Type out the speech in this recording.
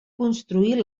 construir